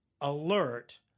alert